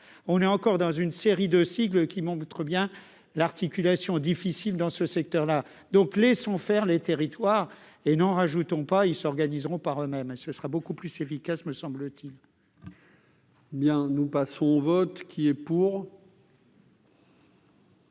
On est encore dans une série de sigles qui montre bien que l'articulation est difficile dans ce secteur ! Laissons donc faire les territoires. N'en rajoutons pas. Ils s'organiseront par eux-mêmes. Ce sera beaucoup plus efficace. Je mets